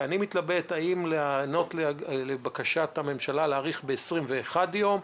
אני מתלבט האם להיענות לבקשת הממשלה להאריך ב-21 יום,